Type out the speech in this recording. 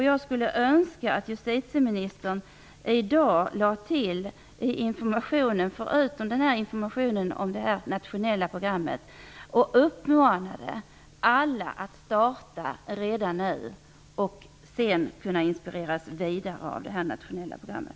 Jag skulle önska att justitieministern i dag, förutom informationen om det nationella programmet, uppmanade alla att redan nu starta arbetet för att sedan kunna inspireras vidare av det nationella programmet.